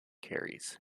carries